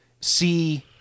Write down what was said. see